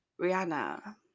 rihanna